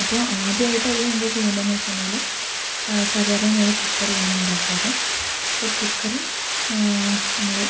അപ്പോൾ ആദ്യമായിട്ട് അതിൽ എന്താ ചെയ്യേണ്ടതെന്ന് വെച്ച് കഴിഞ്ഞാൽ സാധാരണ ഞാൻ കുക്കറിലാണ് ഉണ്ടാക്കാറ് അപ്പോൾ കുക്കർ നമ്മൾ